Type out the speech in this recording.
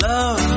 Love